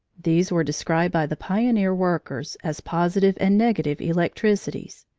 these were described by the pioneer workers as positive and negative electricities.